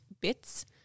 bits